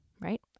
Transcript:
right